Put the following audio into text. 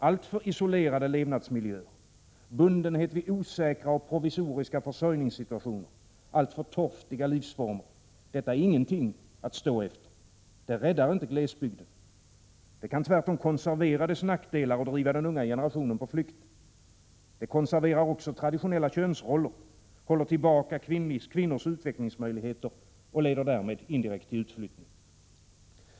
Alltför isolerade levnadsmiljöer, bundenhet vid osäkra och provisoriska försörjningssituationer, alltför torftiga livsformer är ingenting att stå efter. Det räddar inte glesbygden. Det kan tvärtom konservera dess nackdelar och driva den unga generationen på flykten. Det konserverar traditionella könsroller, håller tillbaka kvinnors utvecklingsmöjligheter och leder därmed indirekt till utflyttning.